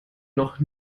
noch